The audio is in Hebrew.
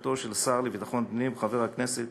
מלשכתו של השר לביטחון הפנים, חבר הכנסת